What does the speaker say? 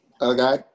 okay